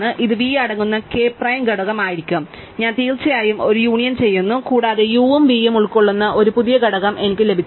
ഇത് v അടങ്ങുന്ന k prime ഘടകം ആയിരിക്കും ഞാൻ തീർച്ചയായും ഒരു യൂണിയൻ ചെയ്യുന്നു കൂടാതെ u ഉം v യും ഉൾക്കൊള്ളുന്ന ഒരു പുതിയ ഘടകം എനിക്ക് ലഭിച്ചു